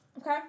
okay